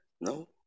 No